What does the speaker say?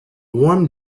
warm